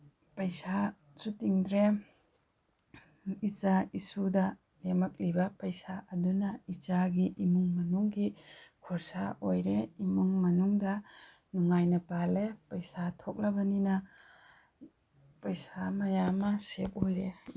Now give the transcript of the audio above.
ꯄꯩꯁꯥꯁꯨ ꯇꯤꯡꯗ꯭ꯔꯦ ꯏꯆꯥ ꯏꯁꯨꯗ ꯂꯦꯝꯂꯛꯏꯕ ꯄꯩꯁꯥ ꯑꯗꯨꯅ ꯏꯆꯥꯒꯤ ꯏꯃꯨꯡ ꯃꯅꯨꯡꯒꯤ ꯈꯣꯔꯁꯥ ꯑꯣꯏꯔꯦ ꯏꯃꯨꯡ ꯃꯅꯨꯡꯗ ꯅꯨꯡꯉꯥꯏꯅ ꯄꯥꯜꯂꯦ ꯄꯩꯁꯥ ꯊꯣꯛꯂꯕꯅꯤꯅ ꯄꯩꯁꯥ ꯃꯌꯥꯝ ꯑꯃ ꯁꯦꯚ ꯑꯣꯏꯔꯦ